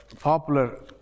popular